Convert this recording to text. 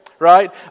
right